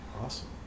Awesome